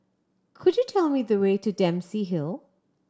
could you tell me the way to Dempsey Hill